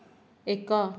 ଏକ